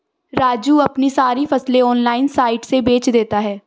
राजू अपनी सारी फसलें ऑनलाइन साइट से बेंच देता हैं